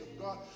God